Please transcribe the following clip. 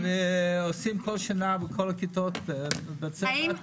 עושים כל שנה בכל הכיתות --- מה